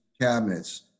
cabinets